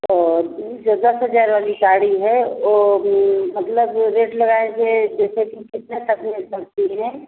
तो हज़ार वाली साड़ी है वह मतलब रेट लगाएँगे जैसे कितने तक मिल सकती है